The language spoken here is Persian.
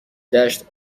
دشت